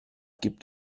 gibt